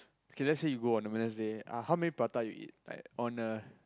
okay let's say you go on a Wednesday uh how many prata you eat like on a